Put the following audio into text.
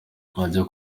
ajya